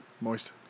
moist